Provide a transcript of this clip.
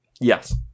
Yes